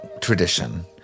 tradition